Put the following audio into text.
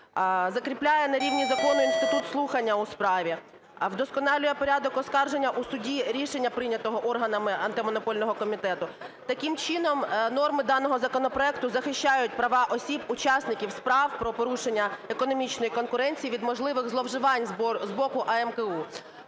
закріпляє на рівні закону інститут слухання у справі, вдосконалює порядок оскарження у суді рішення, прийнятого органами Антимонопольного комітету. Таким чином, норми даного законопроекту захищають права осіб учасників справ про порушення економічної конкуренції від можливих зловживань з боку АМКУ.